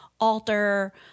alter